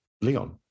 Leon